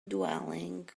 dwelling